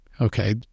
okay